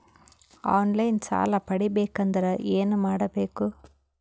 On line ಸಾಲ ಪಡಿಬೇಕಂದರ ಏನಮಾಡಬೇಕು?